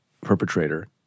perpetrator